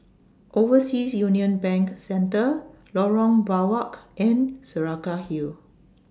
Overseas Union Bank Centre Lorong Biawak and Saraca Hill